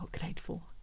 grateful